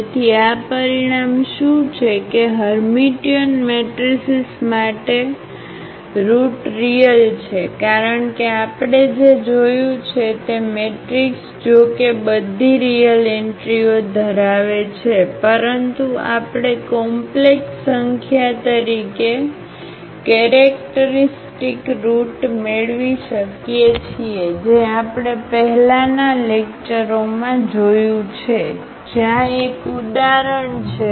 તેથી આ પરિણામ શું છે કે હર્મીટિયન મેટ્રિસીસ માટે રુટ રીયલ છે કારણ કે આપણે જે જોયું છે તે મેટ્રિક્સ જોકે બધી રીયલ એન્ટ્રીઓ ધરાવે છે પરંતુ આપણે કોમ્પ્લેક્સ સંખ્યા તરીકે કેરેક્ટરિસ્ટિક રુટ મેળવી શકીએ છીએ જે આપણે પહેલાના લેક્ચરોમાં જોયું છે જ્યાં એક ઉદાહરણ છે